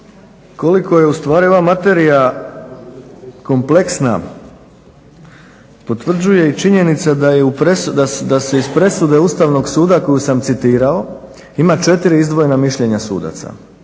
koliko je ustvari ova materija kompleksna potvrđuje i činjenica da se iz presude Ustavnog suda koju sam citirao ima 4 izdvojena mišljenja sudaca.